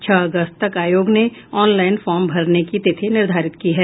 छह अगस्त तक आयोग ने ऑनलाईन फार्म भरने की तिथि निर्धारित की है